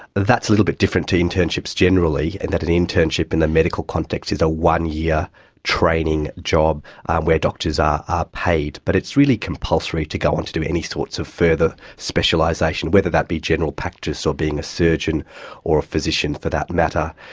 that's a little bit different to internships generally in that an internship in the medical context is a one-year training job where doctors are ah paid, but it is really compulsory to go on to do any sorts of further specialisation, whether that be general practice or being a surgeon or a physician for that matter.